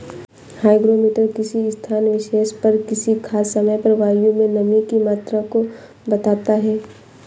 hygrometer किसी स्थान विशेष पर किसी खास समय पर वायु में नमी की मात्रा को बताता है